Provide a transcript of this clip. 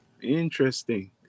Interesting